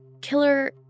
killer